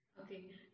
Okay